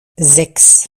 sechs